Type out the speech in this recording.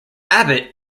abbott